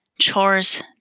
chores